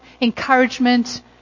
encouragement